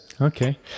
okay